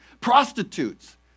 prostitutes